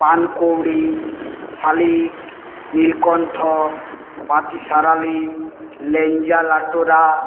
পানকৌড়ি শালিক নীলকণ্ঠ পাতিসারালি লেঞ্জা লাটোরা